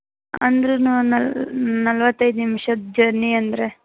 ಅಂದರೆ ನಲವತ್ತೈದು ನಿಮಿಷದ ಜರ್ನಿ ಅಂದರೆ